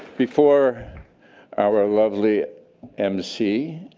before our lovely mc,